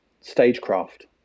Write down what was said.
stagecraft